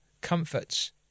comforts